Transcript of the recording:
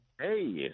Hey